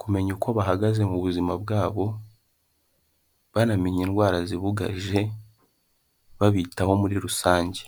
kumenya uko bahagaze mu buzima bwabo, banamenya indwara zibugaje, babitaho muri rusange.